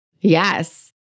Yes